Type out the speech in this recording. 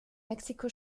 mexiko